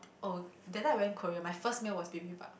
oh that time I went Korea my first meal was bibimbap